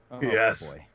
Yes